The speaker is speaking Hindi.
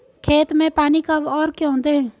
खेत में पानी कब और क्यों दें?